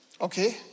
okay